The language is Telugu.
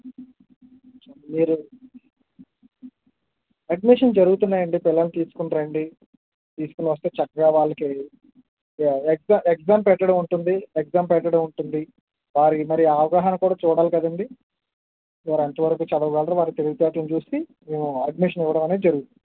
మీరు అడ్మిషన్ జరుగుతున్నాయండి పిల్లలని తీసుకొనిరండి తీసుకొని వస్తే చక్కగా వాళ్ళకి ఎగ్జామ్ పెట్టడం ఉంటుంది ఎగ్జామ్ పెట్టడం ఉంటుంది వారికి మరి అవగాహన కూడా చూడాల కదండి వారు ఎంతవరకు చదవగలరు వారి తెలివితేటలను చూసి మేము అడ్మిషన్ ఇవ్వడం అనేది జరుగుతుంది